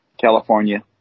California